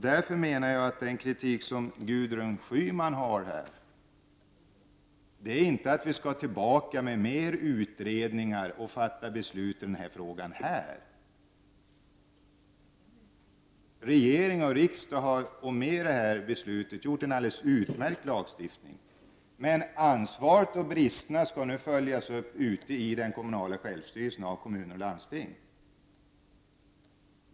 Därför menar jag att Gudrun Schymans kritik är felaktig. Vi skall inte gå tillbaka och göra fler utredningar och fatta beslut i frågan i riksdagen. Regering och riksdag har med detta beslut tagit fram en alldeles utmärkt lagstiftning, men ansvaret och bristerna i den kommunala självstyrelsen skall nu följas upp av kommuner och landsting.